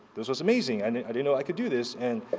this was amazing and i didn't know i could do this and,